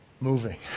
Moving